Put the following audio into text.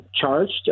charged